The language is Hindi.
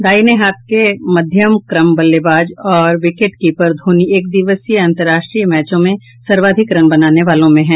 दाहिने हाथ के मध्यमक्रम बल्लेबाज और विकेट कीपर धोनी एक दिवसीय अंतर्राष्ट्रीय मैचों में सर्वाधिक रन बनाने वालों में हैं